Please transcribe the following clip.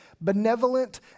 Benevolent